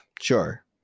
Sure